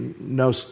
no